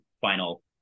final